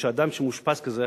שאדם מאושפז כזה,